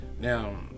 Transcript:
Now